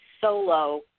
solo